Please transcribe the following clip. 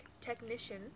technician